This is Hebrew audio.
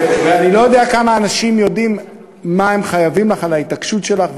אני לא יודע כמה אנשים יודעים מה הם חייבים לך על ההתעקשות שלך,